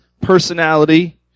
personality